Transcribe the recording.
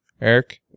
Eric